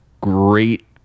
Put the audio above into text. great